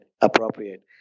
appropriate